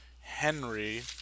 Henry